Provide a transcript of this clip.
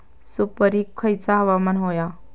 सुपरिक खयचा हवामान होया?